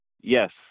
Yes